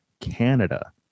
Canada